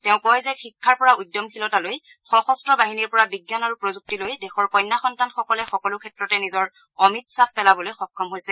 তেওঁ কয় যে শিক্ষাৰ পৰা উদ্যমশীলতালৈ সশস্ত্ৰ বাহিনীৰ পৰা বিজ্ঞান আৰু প্ৰযুক্তিলৈ দেশৰ কন্যা সন্তানসকলে সকলো ক্ষেত্ৰতে নিজৰ অমিত ছাপ পেলাবলৈ সক্ষম হৈছে